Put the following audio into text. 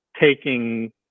taking